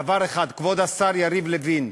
דבר אחד, כבוד השר יריב לוין: